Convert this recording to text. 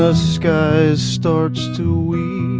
ah skies starts to